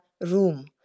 room